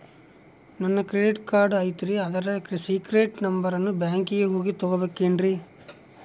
ನನ್ನ credit card ಐತಲ್ರೇ ಅದರ ಸೇಕ್ರೇಟ್ ನಂಬರನ್ನು ಬ್ಯಾಂಕಿಗೆ ಹೋಗಿ ತಗೋಬೇಕಿನ್ರಿ?